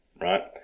right